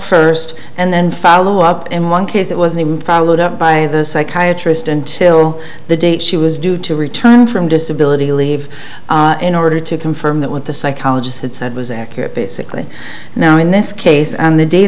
first and then follow up in one case it was name followed up by the psychiatrist until the date she was due to return from disability leave in order to confirm that what the psychologists had said was accurate basically now in this case and the day